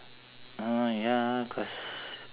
ah ya cause